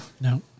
No